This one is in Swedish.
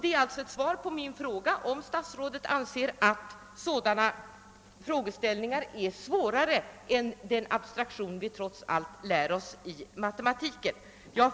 Det är alltså ett indirekt svar på min fråga om statsrådet anser att detta är svårare än den abstraktion vi trots allt lär oss i matematiken.